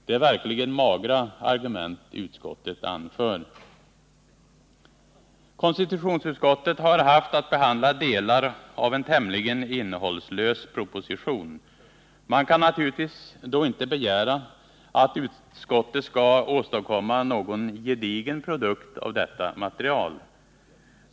Det är verkligen magra argument utskottet anför. Konstitutionsutskottet har haft att behandla delar av en tämligen innehållslös proposition. Man kan naturligtvis då inte begära att utskottet skall åstadkomma någon gedigen produkt av detta material.